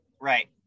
Right